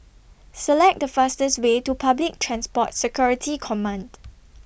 Select The fastest Way to Public Transport Security Command